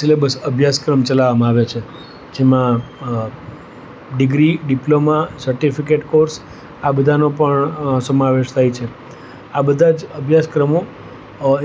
syllabus અભ્યાસક્રમ ચલાવામાં આવે છે જેમાં ડિગ્રી ડિપ્લોમા સર્ટિફિકેટ કોર્સ આ બધાનો પણ સમાવેશ થાય છે આ બધા જ અભ્યાસક્રમો